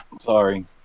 sorry